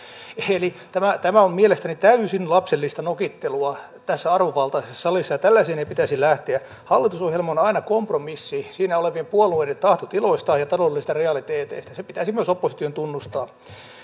eli tämä tämä on mielestäni täysin lapsellista nokittelua tässä arvovaltaisessa salissa ja tällaiseen ei pitäisi lähteä hallitusohjelma on aina kompromissi siinä olevien puolueiden tahtotiloista ja taloudellisista realiteeteista se pitäisi myös opposition tunnustaa